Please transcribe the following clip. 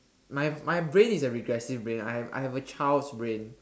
my my brain is a regressive brain I have I have a child's brain